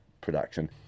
production